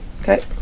Okay